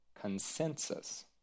consensus